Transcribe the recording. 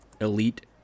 elite